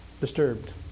disturbed